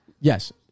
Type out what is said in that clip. yes